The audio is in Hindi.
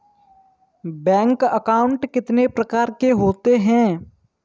बैंक अकाउंट कितने प्रकार के होते हैं?